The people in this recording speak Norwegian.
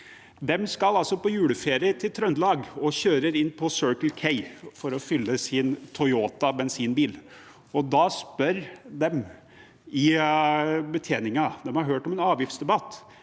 De skal på juleferie til Trøndelag og kjører inn på Circle K for å fylle sin Toyota bensinbil. Da spør de betjeningen, for de